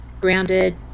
grounded